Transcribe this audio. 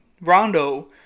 Rondo